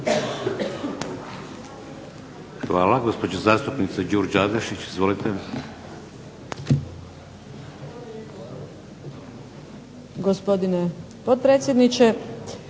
lijepa gospodine potpredsjedniče.